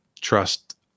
trust